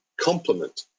complement